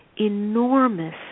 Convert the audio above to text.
enormous